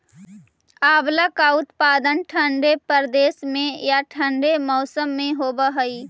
आंवला का उत्पादन ठंडे प्रदेश में या ठंडे मौसम में होव हई